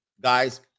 Guys